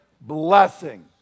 blessing